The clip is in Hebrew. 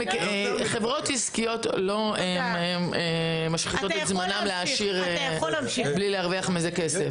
חברות עסקיות לא משחיתות את זמנן להעשיר בלי להרוויח מזה כסף.